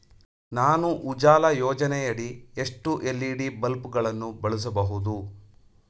ನಾನು ಉಜಾಲ ಯೋಜನೆಯಡಿ ಎಷ್ಟು ಎಲ್.ಇ.ಡಿ ಬಲ್ಬ್ ಗಳನ್ನು ಬಳಸಬಹುದು?